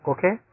Okay